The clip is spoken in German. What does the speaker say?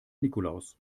nikolaus